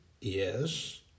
Yes